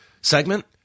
segment